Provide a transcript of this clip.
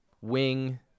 Wing